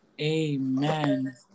Amen